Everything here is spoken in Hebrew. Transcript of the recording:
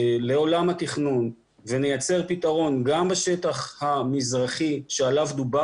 לעולם התכנון ונייצר פתרון גם בשטח המזרחי עליו דובר